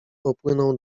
popłynął